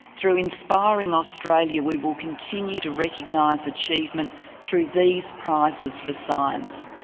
through inspiring australia, we will continue to recognise achievement through these prizes for science.